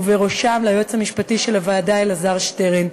ובראשם ליועץ המשפטי של הוועדה אלעזר שטרן.